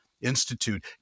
Institute